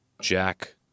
Jack